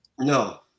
No